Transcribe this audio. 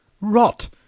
Rot